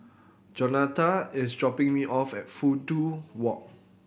Jonatan is dropping me off at Fudu Walk